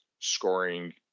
scoring